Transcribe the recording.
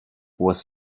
was